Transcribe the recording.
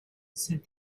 said